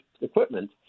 equipment